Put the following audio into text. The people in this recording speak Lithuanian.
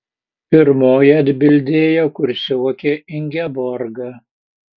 pirmoji atbildėjo kursiokė ingeborga